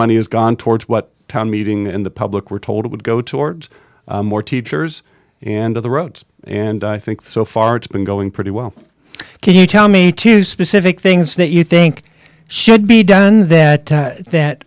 money has gone towards what town meeting and the public were told would go towards more teachers and to the roads and i think so far it's been going pretty well can you tell me two specific things that you think should be done that that